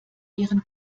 ihren